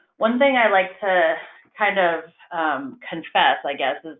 one thing i like to kind of confess, i guess,